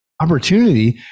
opportunity